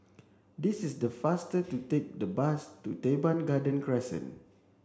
this is the faster to take the bus to Teban Garden Crescent